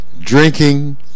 Drinking